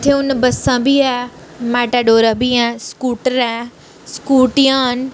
इत्थें हून बस्सां बी ऐ मेटाडोरां बी ऐ स्कूटर ऐ स्कूटियां न